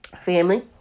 family